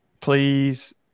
please